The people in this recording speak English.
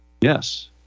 Yes